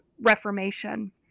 Reformation